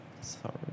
sorry